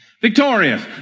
Victorious